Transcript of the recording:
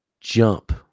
Jump